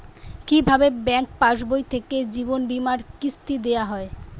কি ভাবে ব্যাঙ্ক পাশবই থেকে জীবনবীমার কিস্তি দেওয়া হয়?